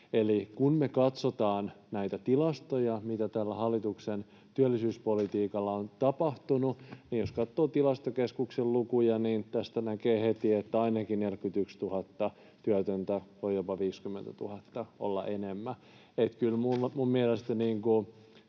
Eli kun me katsotaan näitä tilastoja, mitä tällä hallituksen työllisyyspolitiikalla on tapahtunut, niin jos katsoo Tilastokeskuksen lukuja, niin tästä näkee heti, että ainakin 41 000 työtöntä, voi olla jopa 50 000 enemmän. Että kyllä minun mielestäni